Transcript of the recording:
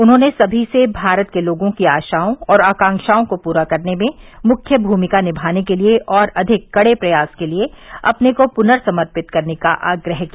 उन्होंने सभी से भारत के लोगों की आशाओं और आकाक्षाओं को पूरा करने में मुख्य भूमिका निमाने के लिए और अधिक कड़े प्रयास के लिए अपने को पुनर्समर्पित करने का आग्रह किया